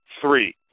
three